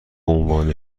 عنوان